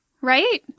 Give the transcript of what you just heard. right